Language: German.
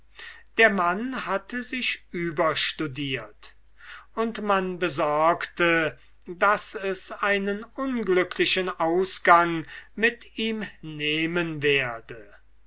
der mann hatte sich überstudiert und man besorgte daß es einen unglücklichen ausgang mit ihm nehmen werde